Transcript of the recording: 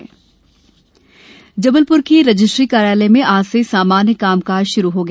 Jabalpur registry Jabalpur के registry कार्यालय में आज से सामान्य कामकाज शुरू हो गया